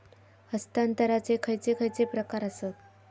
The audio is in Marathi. हस्तांतराचे खयचे खयचे प्रकार आसत?